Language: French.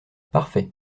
parfait